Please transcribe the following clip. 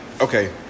okay